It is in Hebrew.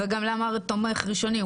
וגם למה תומך ראשוני?